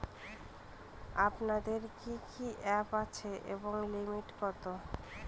আপনাদের কি কি অ্যাপ আছে এবং লিমিট কত?